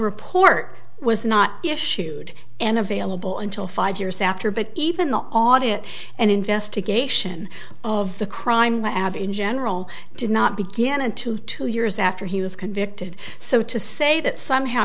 report was not issued and available until five years after but even the audit and investigation of the crime lab in general did not begin and to two years after he was convicted so to say that somehow